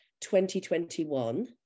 2021